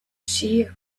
she